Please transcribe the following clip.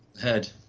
head